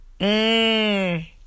Mmm